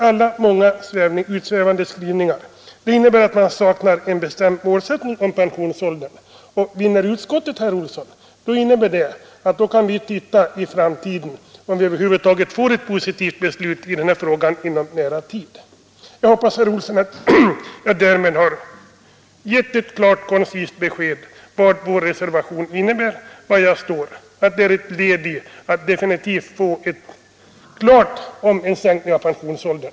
De många svävande skrivningarna i utskottsbetänkandet visar att utskottet saknar en bestämd målsättning i fråga om pensionsåldern. Och vinner utskottet, herr Olsson, så innebär det att vi kan titta i framtiden efter ett positivt beslut i den här frågan. Jag hoppas att jag därmed har givit herr Olsson ett klart och koncist besked om vad vår reservation innebär och var jag står. Reservationen är ett led i strävandena att få till stånd ett definitivt beslut om sänkning av pensionsåldern.